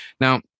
Now